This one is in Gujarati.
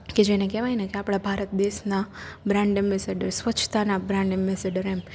કે જેને કેવાયને કે આપડા ભારત દેશના બ્રાન્ડ એમ્બેસેડર સ્વચ્છતાના બ્રાન્ડ એમ્બેસેડર એમ